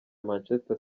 manchester